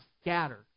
scatter